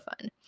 fun